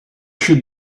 should